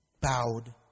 bowed